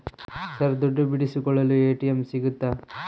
Sir ದುಡ್ಡು ಬಿಡಿಸಿಕೊಳ್ಳಲು ATM ಸಿಗುತ್ತಾ?